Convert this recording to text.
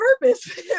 purpose